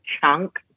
chunk